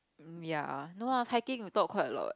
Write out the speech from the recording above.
ah ya no ah hiking we talk quite a lot